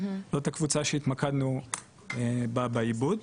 זאת הקבוצה שהתמקדנו בה בעיבוד,